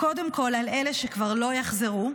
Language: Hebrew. קודם כול על אלה שכבר לא יחזרו.